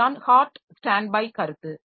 இதுதான் hot standby கருத்து